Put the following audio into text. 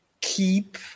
Keep